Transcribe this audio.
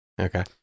Okay